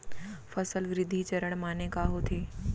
फसल वृद्धि चरण माने का होथे?